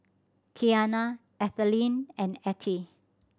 Qiana Ethelyn and Attie